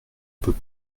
peut